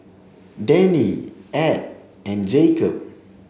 Dannie Edd and Jacob